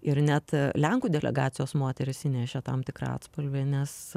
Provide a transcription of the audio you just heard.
ir net lenkų delegacijos moterys įnešė tam tikrą atspalvį nes